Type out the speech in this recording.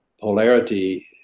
polarity